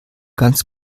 ganz